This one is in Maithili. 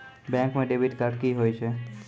बैंक म डेबिट कार्ड की होय छै?